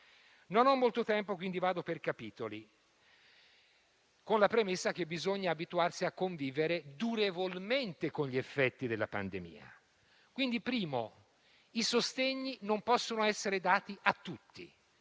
Non ho molto tempo e, quindi, vado per capitoli, con la premessa che bisogna abituarsi a convivere durevolmente con gli effetti della pandemia. Pertanto, in primo luogo i sostegni non possono essere dati a tutti: